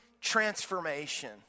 transformation